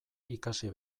ikasi